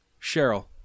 Cheryl